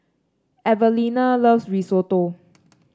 Evalena loves Risotto